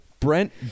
Brent